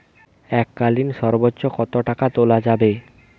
এককালীন সর্বোচ্চ কত টাকা তোলা যাবে?